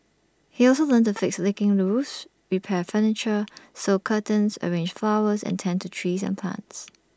he also learnt to fix leaking roofs repair furniture sew curtains arrange flowers and tend to trees and plants